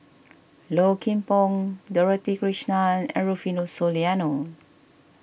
Low Kim Pong Dorothy Krishnan and Rufino Soliano